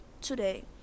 today